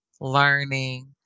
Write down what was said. learning